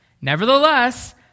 Nevertheless